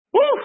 Woo